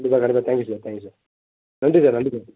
கண்டிப்பா கெடைக்கும் thank you sir thank you sir நன்றி சார் நன்றி சார்